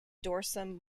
dorsum